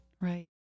right